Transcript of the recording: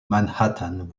manhattan